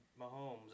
Mahomes